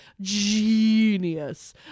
Genius